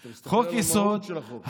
אתה מסתכל על המהות של החוק.